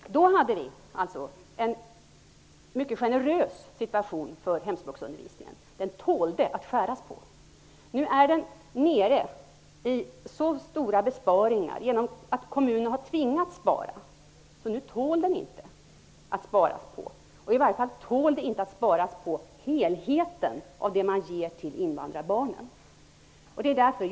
Då hade vi ändå en mycket generös situation för hemspråksundervisningen, den tålde att skäras på. Nu är den nere efter stora besparingar som kommunerna tvingats till, och nu tål den inte att sparas mera på. I varje fall tål inte helheten av det man ger till invandrarbarnen att sparas på.